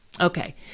Okay